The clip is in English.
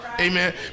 Amen